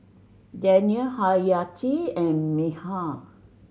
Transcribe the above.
Daniel Haryati and Mikhail